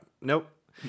Nope